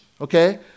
okay